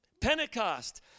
Pentecost